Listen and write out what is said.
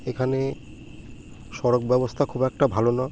এখানে সড়ক ব্যবস্থা খুব একটা ভালো না